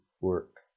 work